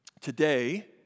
Today